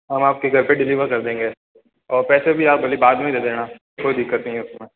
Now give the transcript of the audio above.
हम आपके घर पे डिलिवर कर देंगे और पैसे भी आप भले बाद में देना कोई दिक्कत नहीं है उसमें